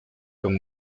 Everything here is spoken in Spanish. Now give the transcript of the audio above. con